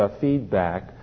feedback